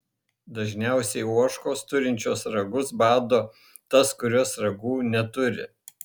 dažniausiai ožkos turinčios ragus bado tas kurios ragų neturi